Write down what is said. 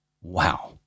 Wow